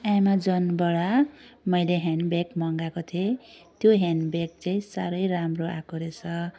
एमाजोनबाट मैले hand bag मगाएको थिएँ त्यो ह्यान्ड ब्याग चाहिँ साह्रै राम्रो आएको रहेछ